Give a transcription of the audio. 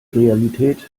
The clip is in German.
realität